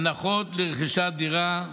הנחות ברכישת דירה,